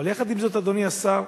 אבל יחד עם זאת, אדוני השר,